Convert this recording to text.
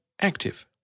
active